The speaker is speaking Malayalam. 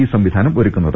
ഈ സംവി ധാനം ഒരുക്കുന്നത്